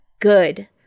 good